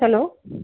hello